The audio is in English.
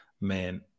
man